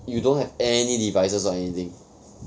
you don't have any devices or anything